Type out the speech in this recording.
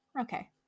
Okay